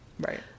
Right